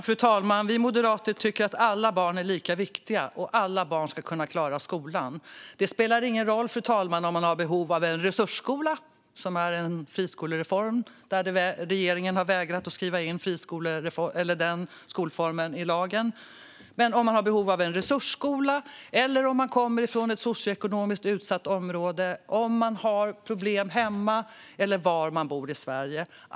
Fru talman! Vi moderater tycker att alla barn är lika viktiga och att alla barn ska klara skolan. Det spelar ingen roll om man har behov av en resursskola - en friskolereform som regeringen har vägrat skriva in i lagen - om man kommer från ett socioekonomiskt utsatt område, om man har problem hemma eller var man bor i Sverige.